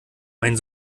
mein